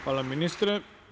Hvala, ministre.